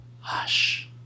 Hush